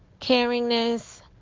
caringness